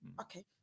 Okay